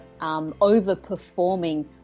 overperforming